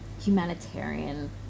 humanitarian